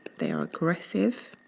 they are aggressive